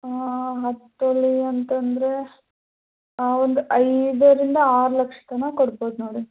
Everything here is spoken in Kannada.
ಹಾಂ ಹತ್ತು ತೊಲೆ ಅಂತಂದರೆ ಹಾಂ ಒಂದು ಐದರಿಂದ ಆರು ಲಕ್ಷ ತನಕ ಕೊಡ್ಬೋದು ನೋಡಿ